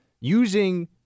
using